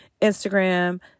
Instagram